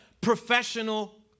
professional